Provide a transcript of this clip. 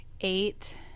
eight